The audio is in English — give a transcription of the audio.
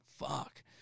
fuck